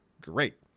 great